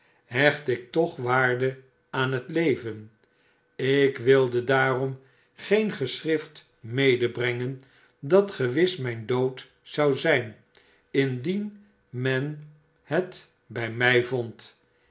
hecht ik toch waarde aan het even ik wilde daarom leen ge chrift medebrengen dat gewis mijn dood zou mto men het bij mij vond